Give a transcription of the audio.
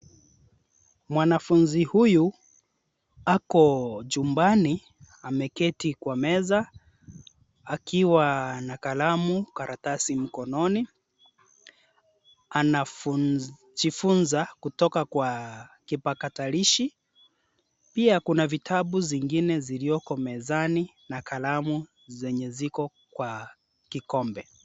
Mwanafunzi huyu ako chumbani ameketi kwa meza akiwa na kalamu, karatasi mkononi. Anajifunza kutoka kwa kipakatalishi. Pia kuna vitabu zingine zilioko mezani na kalamu zenye ziko kwa kikombe.